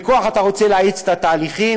בכוח אתה רוצה להאיץ את תהליכי